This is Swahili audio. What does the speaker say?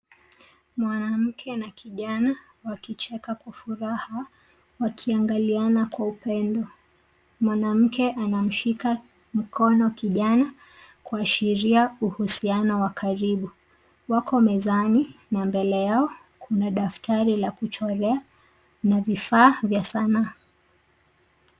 Mwanamke na kijana wakicheka kwa furaha, wakiangaliana kwa upendo. Mwanamke anamshika mkono kijana kuashiria uhusiano wa karibu. Wako mezani na mbele yao kuna daftari la kuchorea na vifaa vya sanaa.